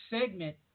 segment